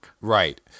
Right